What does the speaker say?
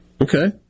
Okay